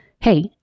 hey